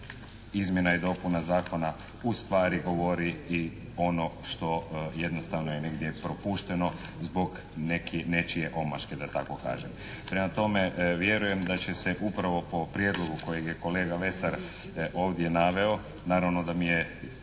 izmjena i dopuna Zakona ustvari govori i ono što jednostavno je negdje propušteno zbog nečije omaške da tako kažem. Prema tome vjerujem da će se upravo po prijedlogu kojeg je kolega Lesar ovdje naveo, naravno da mi je